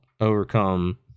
overcome